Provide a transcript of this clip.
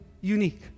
unique